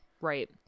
Right